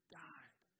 died